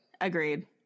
agreed